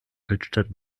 altstadt